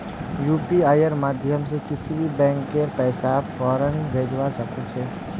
यूपीआईर माध्यम से किसी भी बैंकत पैसा फौरन भेजवा सके छे